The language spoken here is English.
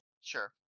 Sure